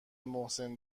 محسن